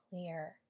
clear